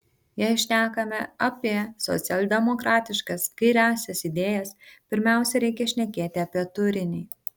jei šnekame apie socialdemokratiškas kairiąsias idėjas pirmiausia reikia šnekėti apie turinį